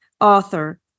author